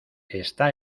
está